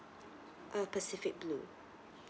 uh pacific blue